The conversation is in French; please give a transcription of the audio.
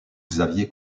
xavier